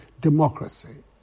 democracy